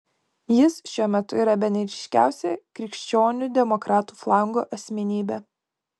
jis šiuo metu yra bene ryškiausia krikščionių demokratų flango asmenybė